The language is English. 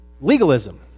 legalism